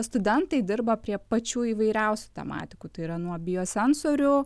studentai dirba prie pačių įvairiausių tematikų tai yra nuo biosensorių